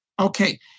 Okay